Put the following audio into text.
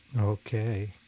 Okay